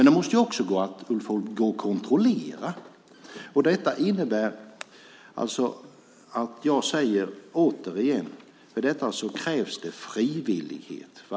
Det måste också, Ulf Holm, gå att kontrollera. Jag säger återigen att för detta krävs det frivillighet.